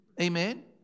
Amen